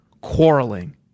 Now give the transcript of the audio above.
quarreling